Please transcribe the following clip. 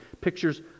pictures